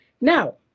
Now